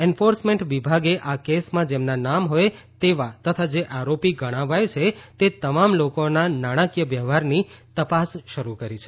enforcement વિભાગે આ કેસમાં જેમના નામ હોય તેવા તથા જે આરોપી ગણાવાયા છે તે તમામ લોકોના નાણાંકીય વ્યવહારની તપાસ શરૂ કરી છે